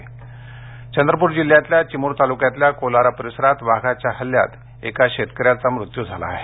वाघ हल्ला चंद्रपूर जिल्ह्यातल्या चिमूर तालुक्यातल्या कोलारा परिसरात वाघाच्या हल्ल्यात एका शेतकऱ्याचा मृत्यू झाला आहे